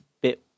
bit